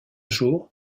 jour